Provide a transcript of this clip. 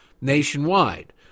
nationwide